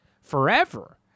forever